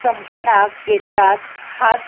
सपनाक केन्नाच हात